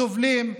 סובלים,